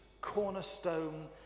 cornerstone